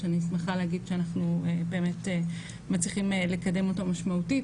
שאני שמחה להגיד שאנחנו באמת מצליחים לקדם אותו משמעותית.